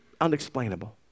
unexplainable